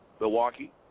Milwaukee